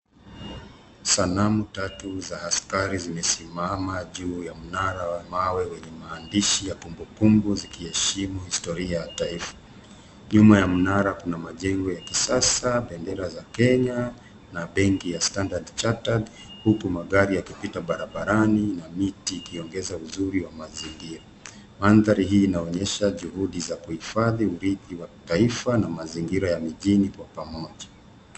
Sanamu tatu za askari zimesimama juu ya mnara wa mawe wenye maandishi ya kumbukumbu zikieshimu historia ya taifa .Nyuma ya mnara kuna majengo ya kisasa bendera za Kenya na benki ya Standard Chartered huku magari yakipita barabarani na miti ikiongeza uzuri wa mazingira. Mandhari hii inaonyesha juhudi za kuhifadhi urithi wa kitaifa na mazingira ya mijini kwa pamoja.